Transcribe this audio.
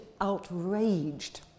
outraged